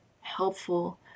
helpful